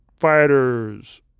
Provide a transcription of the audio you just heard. fighters